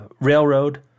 Railroad